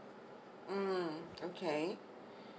mm okay